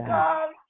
God